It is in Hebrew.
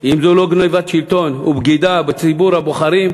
אם זו לא גנבת שלטון ובגידה בציבור הבוחרים,